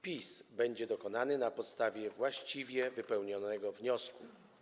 Wpis będzie dokonywany na podstawie właściwie wypełnionego wniosku.